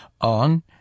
on